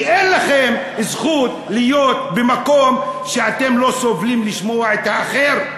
כי אין לכם זכות להיות במקום שבו אתם לא סובלים לשמוע את האחר.